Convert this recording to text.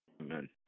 Amen